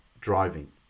driving